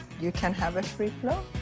you can have a free float.